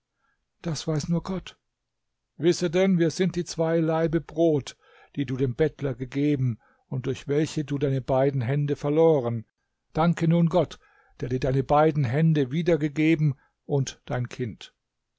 das weiß nur gott wisse denn wir sind die zwei laibe brot die du dem bettler gegeben und durch welche du deine beiden hände verloren danke nun gott der dir deine beiden hände wiedergegeben und dein kind